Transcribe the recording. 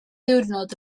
ddiwrnod